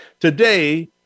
Today